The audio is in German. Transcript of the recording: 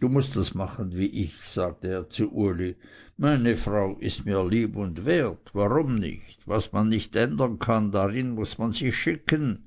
du mußt das machen wie ich sagte er zu uli meine frau ist mir lieb und wert warum nicht was man nicht ändern kann darin muß man sich schicken